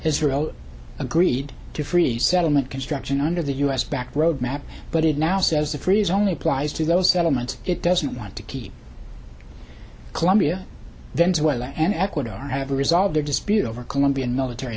israel agreed to freeze settlement construction under the u s backed road map but it now says the freeze only applies to those settlements it doesn't want to keep colombia venezuela and ecuador have to resolve their dispute over colombian military